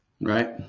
right